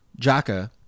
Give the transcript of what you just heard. Jaka